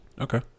Okay